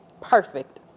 perfect